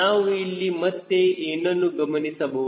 ನಾವು ಇಲ್ಲಿ ಮತ್ತೆ ಏನನ್ನುಗಮನಿಸಬಹುದು